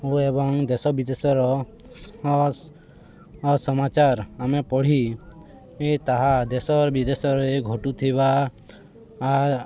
ଓ ଏବଂ ଦେଶ ବିଦେଶର ସମାଚାର ଆମେ ପଢ଼ି ତାହା ଦେଶ ବିଦେଶରେ ଘଟୁଥିବା